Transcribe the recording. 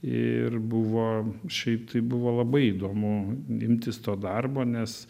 ir buvo šiaip tai buvo labai įdomu imtis to darbo nes